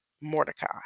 Mordecai